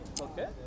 Okay